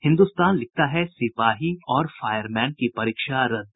हिन्दुस्तान लिखता है सिपाही और फायरमैन की परीक्षा रद्द